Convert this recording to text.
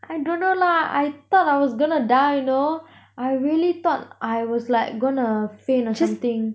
I don't know lah I thought I was gonna die you know I really thought I was like gonna fail interesting nearly does normal during it